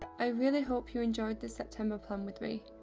i really hope you enjoyed this september plan with me.